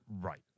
Right